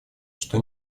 что